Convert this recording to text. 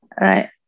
Right